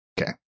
Okay